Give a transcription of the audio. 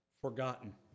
Forgotten